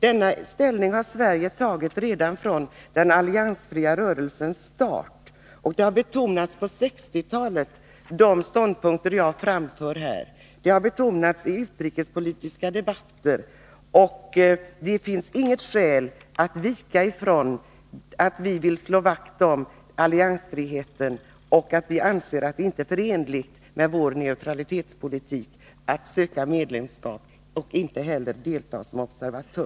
Redan från starten av den alliansfria rörelsen har Sverige intagit denna ståndpunkt. Och de uppfattningar som jag framför här har betonats i utrikespolitiska debatter på 1960-talet. Det finns inget skäl att vika ifrån att vi vill slå vakt om alliansfriheten och anser det oförenligt med vår neutralitetspolitik att söka medlemskap eller delta som observatör.